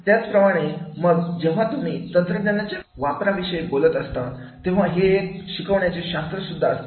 त्याप्रमाणेच मग जेव्हा तुम्ही तंत्रज्ञानाच्या वापराविषयी बोलत असता तेव्हा हे एक शिकवण्याचे शास्त्र सुद्धा असते